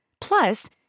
Plus